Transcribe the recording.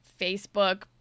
Facebook